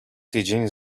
tydzień